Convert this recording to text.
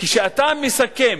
כשאתה מסכם,